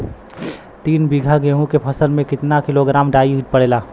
तीन बिघा गेहूँ के फसल मे कितना किलोग्राम डाई पड़ेला?